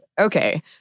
okay